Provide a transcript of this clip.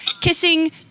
kissing